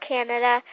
Canada